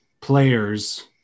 players